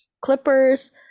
Clippers